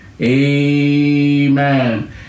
Amen